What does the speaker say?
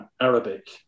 Arabic